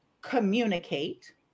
communicate